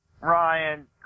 Ryan